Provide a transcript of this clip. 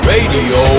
Radio